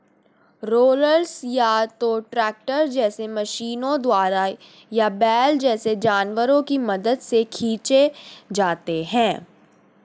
rollers या तो tractor जैसे मशीनों द्वारा या बैल जैसे जानवरों की मदद से खींचे जाते हैं